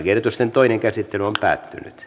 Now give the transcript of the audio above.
lakiehdotusten toinen käsittely päättyi